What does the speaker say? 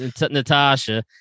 Natasha